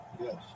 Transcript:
Yes